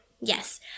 Yes